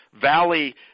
Valley